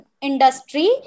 industry